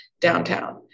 downtown